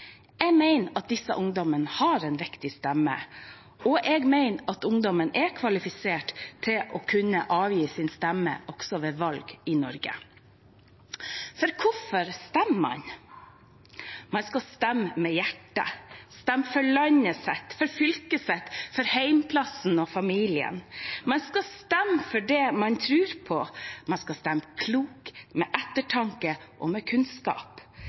Jeg mener disse ungdommene har en viktig stemme, og jeg mener ungdommene er kvalifisert til å kunne avgi sin stemme også ved valg i Norge. For hvorfor stemmer man? Man skal stemme med hjertet, stemme for landet sitt, for fylket sitt, for hjemplassen og for familien. Man skal stemme for det man tror på, man skal stemme klokt, med ettertanke og med kunnskap